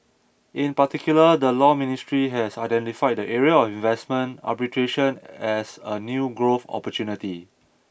in particular the Law Ministry has identified the area of investment arbitration as a new growth opportunity